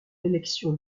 l’élection